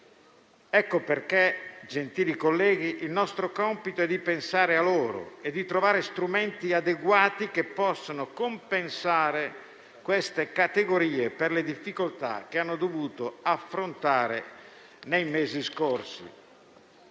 Ecco perché, gentili colleghi, il nostro compito è pensare a loro e trovare strumenti adeguati che possano compensare queste categorie per le difficoltà che hanno dovuto affrontare nei mesi scorsi.